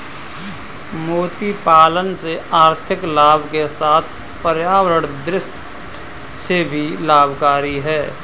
मोती पालन से आर्थिक लाभ के साथ पर्यावरण दृष्टि से भी लाभकरी है